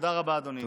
תודה רבה, אדוני.